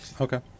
Okay